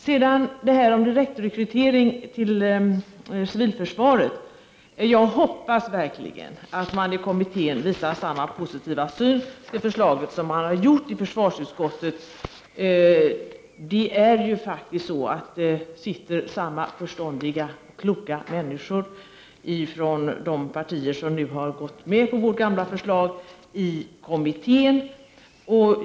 Beträffande direktrekrytering till civilförsvaret hoppas jag verkligen att man i kommittén visar samma positiva syn på förslaget som försvarsutskottet har gjort. Det är ju faktiskt så att det sitter samma förståndiga och kloka människor från de partier som nu har gått med på vårt gamla förslag i kommittén.